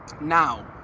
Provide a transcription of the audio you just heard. Now